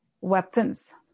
weapons